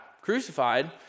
crucified